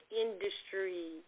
industry